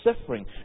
suffering